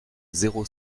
zéro